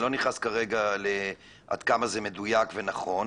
אני לא נכנס כרגע עד כמה זה מדויק ונכון,